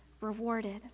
rewarded